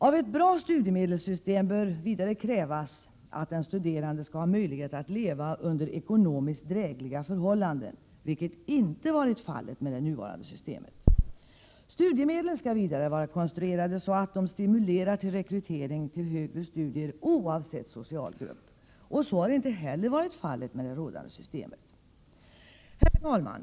Av ett bra studiemedelssystem bör krävas att den studerande skall ha möjlighet att leva under ekonomiskt drägliga förhållanden, vilket inte varit fallet med det nuvarande systemet. Studiemedelssystemet skall vidare vara så konstruerat att det stimulerar rekrytering till högre studier oavsett socialgrupp. Det har inte heller varit fallet med det rådande systemet. Herr talman!